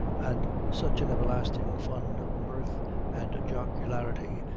and such an everlasting fund of mirth and jocularity,